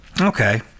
Okay